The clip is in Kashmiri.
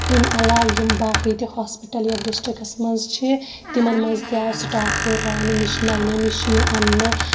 اَمہِ علاوٕ یِم باقٕے تہِ ہاسپِٹل یَتھ ڈسٹرکٹس منٛز چھِ تِمن منٛز تہِ آو سِٹاف ہُراونہٕ مِش نیہِ نیہِ مِشیٖن اَننہٕ